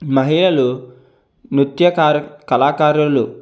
మహిళలు నృత్యకారా కళాకారులు